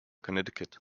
connecticut